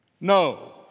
No